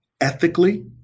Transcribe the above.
ethically